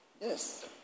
yes